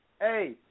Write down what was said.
Hey